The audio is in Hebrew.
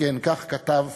כן, כך כתב